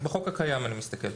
בחוק הקיים אני מסתכל,